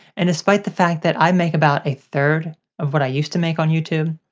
and despite the fact that i make about a third of what i use to make on youtube,